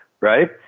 right